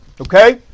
Okay